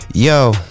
Yo